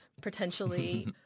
potentially